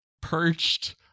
perched